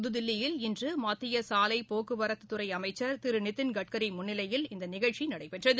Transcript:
புதுதில்லியில் இன்று மத்திய சாலை போக்குவரத்துத் துறை அமைச்ச் திரு நிதின் கட்கரி முன்னிலையில் இந்த நிகழ்ச்சி நடைபெற்றது